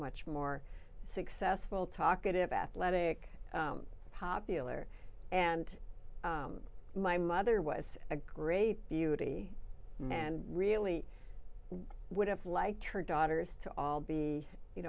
much more successful talkative athletic popular and my mother was a great beauty and really would have liked her daughters to all be you